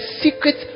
secret